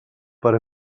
per